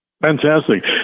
Fantastic